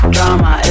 Drama